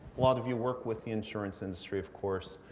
lot of you work with the insurance industry, of course.